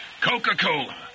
Coca-Cola